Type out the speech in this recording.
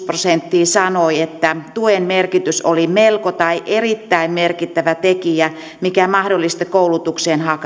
prosenttia sanoi että tuen merkitys oli melko tai erittäin merkittävä tekijä mikä mahdollisti koulutukseen